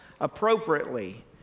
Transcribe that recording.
appropriately